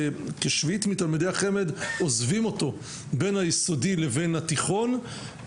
כשכשביעית מתלמידי החמ"ד עוזבים אותו בין היסודי לבין התיכון,